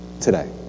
today